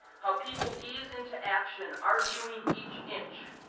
how people ease into action, arguing each inch.